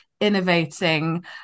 innovating